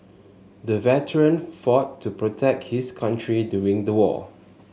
the veteran fought to protect his country during the war